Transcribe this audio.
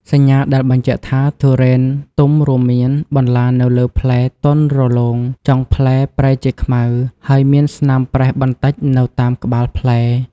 សញ្ញាដែលបញ្ជាក់ថាទុរេនទុំរួមមាន បន្លានៅលើផ្លែទន់រលោង ចុងផ្លែប្រែជាខ្មៅ ហើយមានស្នាមប្រេះបន្តិចនៅតាមក្បាលផ្លែ។